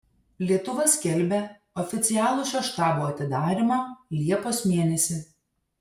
lietuva skelbia oficialų šio štabo atidarymą liepos mėnesį